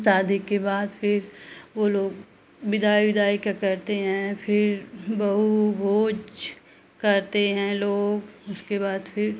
शादी के बाद फिर वो लोग विदाई ओदाई का करते हैं फिर बहूभोज करते हैं लोग उसके बाद फिर